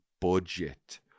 budget